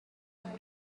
i’m